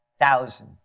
thousand